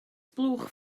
blwch